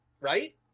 Right